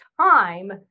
time